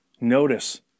notice